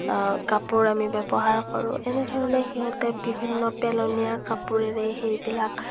কাপোৰ আমি ব্যৱহাৰ কৰোঁ এনেধৰণে সিহঁতে বিভিন্ন পেলনীয়া কাপোৰেৰেই সেইবিলাক